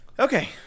Okay